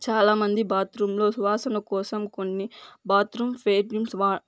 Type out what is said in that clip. చాలామంది బాత్రూమ్లో సువాసన కోసం కొన్ని బాత్రూమ్ ఫ్రేగ్రెన్స్ వా